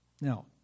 Now